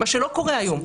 מה שלא קורה היום,